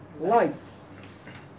life